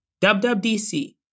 WWDC